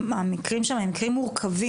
המקרים שם הם מקרים מורכבים,